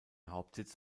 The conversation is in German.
hauptsitz